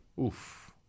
Oof